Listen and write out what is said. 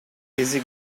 easy